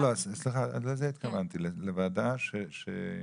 לא לא, סליחה, לזה התכוונתי, לתקנות שנסמיך אותם.